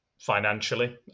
financially